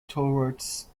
towards